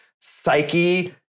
psyche